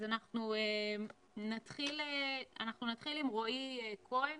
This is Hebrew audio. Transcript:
אנחנו נתחיל עם רועי כהן